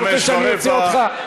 אתה רוצה שאוציא אותך?